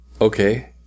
Okay